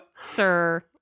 sir